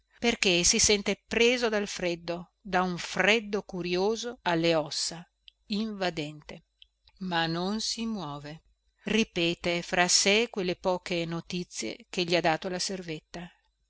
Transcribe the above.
perché si sente preso dal freddo da un freddo curioso alle ossa invadente ma non si muove ripete fra sé quelle poche notizie che gli ha dato la